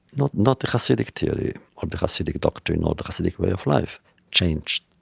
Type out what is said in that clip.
not not the hasidic theory or the hasidic doctrine or the hasidic way of life changed.